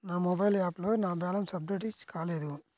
నా మొబైల్ యాప్లో నా బ్యాలెన్స్ అప్డేట్ కాలేదు